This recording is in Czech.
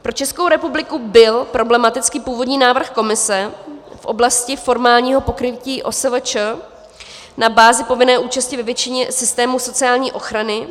Pro Českou republiku byl problematický původní návrh Komise v oblasti formálního pokrytí OSVČ na bázi povinné účasti ve většině systémů sociální ochrany.